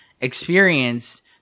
experience